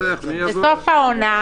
זה סוף העונה.